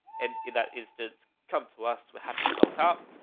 and that is to to come to us. we're happy to help out,